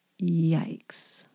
Yikes